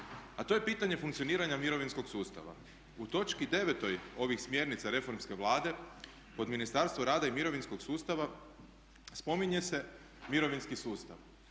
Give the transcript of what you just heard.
A to je pitanje funkcioniranja mirovinskog sustava. U točki 9. ovih smjernica reformske Vlade pod Ministarstvo rada i mirovinskog sustava spominje se mirovinski sustav